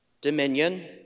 dominion